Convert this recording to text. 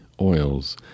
oils